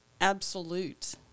absolute